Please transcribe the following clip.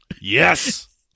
Yes